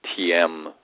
TM